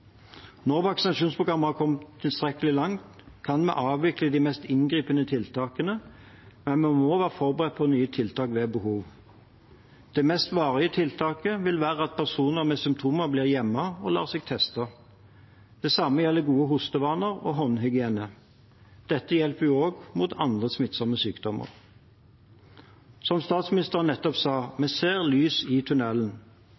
har kommet tilstrekkelig langt, kan vi avvikle de mest inngripende tiltakene, men vi må være forberedt på nye tiltak ved behov. Det mest varige tiltaket vil være at personer med symptomer blir hjemme og lar seg teste. Det samme gjelder gode hostevaner og håndhygiene. Dette hjelper også mot andre smittsomme sykdommer. Som statsministeren nettopp sa: